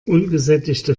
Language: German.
ungesättigte